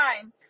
time